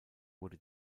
wurde